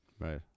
right